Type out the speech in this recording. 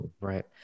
Right